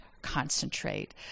concentrate